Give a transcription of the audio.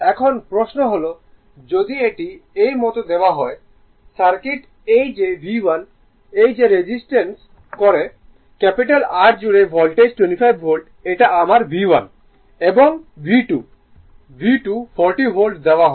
এখন প্রশ্ন হল যদি এটি এই মত দেওয়া হয় সার্কিট এই যে V1 যে রেজিস্ট করে ক্যাপিটাল R জুড়ে ভোল্টেজ 25 ভোল্ট এটা আমার V1 এবং V2 V2 40 ভোল্ট দেওয়া হয়